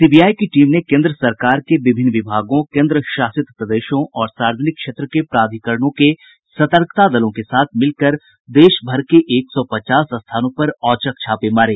CBI की team ने केन्द्र सरकार के विभागों केन्द्र शासित प्रदेशों और सार्वजनिक क्षेत्र के प्राधिकरणों के सतर्कता दलों के साथ मिलकर देशभर के एक सौ पचास स्थानों पर औचक छापे मारे